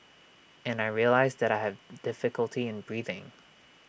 and I realised that I had difficulty in breathing